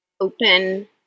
open